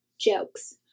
jokes